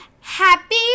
happy